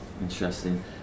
Interesting